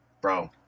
Bro